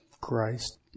Christ